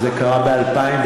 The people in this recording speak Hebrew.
זה קרה ב-2012?